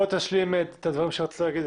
בוא תשלים את הדברים שרצית להגיד.